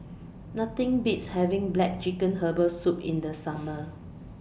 Nothing Beats having Black Chicken Herbal Soup in The Summer